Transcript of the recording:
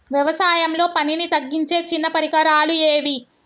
వ్యవసాయంలో పనిని తగ్గించే చిన్న పరికరాలు ఏవి?